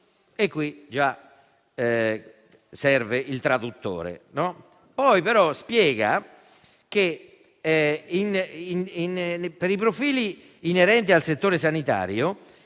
qui già serve il traduttore. Poi però si spiega che, per i profili inerenti al settore sanitario,